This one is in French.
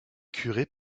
curé